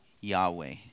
Yahweh